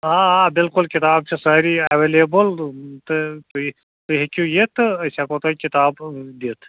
آ آ بِلکُل کِتاب چھِ سٲری ایولیبل تہٕ تُہۍ تُہۍ ہیٚکِو یِتھ تہٕ أسۍ ہٮ۪کو تۄہہِ کِتابہٕ دِتھ